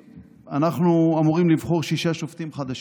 אנחנו אמורים לבחור שישה שופטים חדשים,